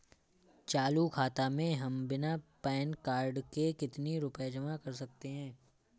चालू खाता में हम बिना पैन कार्ड के कितनी रूपए जमा कर सकते हैं?